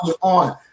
on